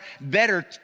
better